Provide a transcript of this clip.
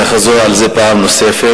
ואני אחזור על זה פעם נוספת,